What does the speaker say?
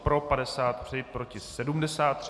Pro 53, proti 73.